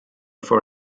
four